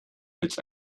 als